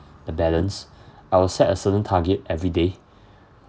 the balance I will set a certain target every day